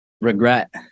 regret